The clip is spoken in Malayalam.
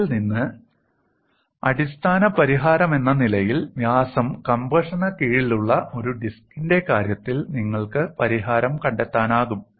ഇതിൽ നിന്ന് അടിസ്ഥാന പരിഹാരമെന്ന നിലയിൽ വ്യാസം കംപ്രഷന് കീഴിലുള്ള ഒരു ഡിസ്കിന്റെ കാര്യത്തിൽ നിങ്ങൾക്ക് പരിഹാരം കണ്ടെത്താനാകും